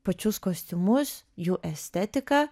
pačius kostiumus jų estetiką